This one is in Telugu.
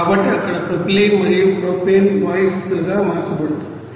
కాబట్టి అక్కడ ప్రొపిలీన్ మరియు ప్రొపేన్ వాయు స్థితులుగా మార్చబడతాయి